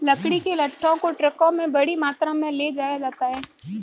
लकड़ी के लट्ठों को ट्रकों में बड़ी मात्रा में ले जाया जाता है